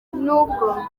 nubwo